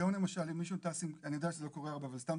היום למשל אני יודע שזה לא קורה הרבה אבל סתם